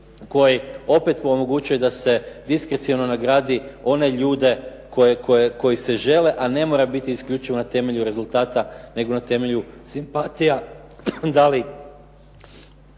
koji opet omogućuje da se diskreciono nagradi one ljude koji se žele, a ne mora biti isključivo na temelju rezultata, nego na temelju rezultata